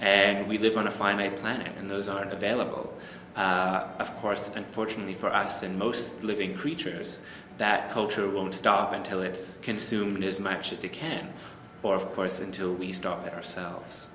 and we live on a finite planet and those aren't available of course unfortunately for us and most living creatures that culture won't stop until it's consumed as much as it can or of course until we stop it ourselves